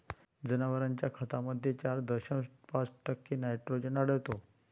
जनावरांच्या खतामध्ये चार दशांश पाच टक्के नायट्रोजन आढळतो